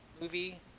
movie